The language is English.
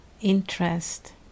interest